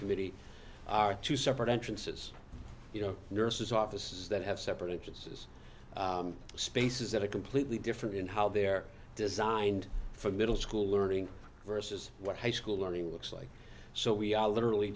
committee are two separate entrances you know nurses offices that have separate entrances spaces that are completely different in how they're designed for middle school learning versus what high school learning looks like so we are literally